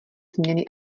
změny